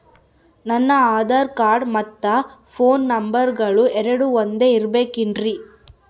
ನನ್ನ ಆಧಾರ್ ಕಾರ್ಡ್ ಮತ್ತ ಪೋನ್ ನಂಬರಗಳು ಎರಡು ಒಂದೆ ಇರಬೇಕಿನ್ರಿ?